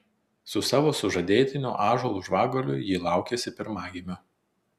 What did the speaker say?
su savo sužadėtiniu ąžuolu žvaguliu ji laukiasi pirmagimio